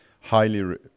highly